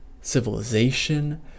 civilization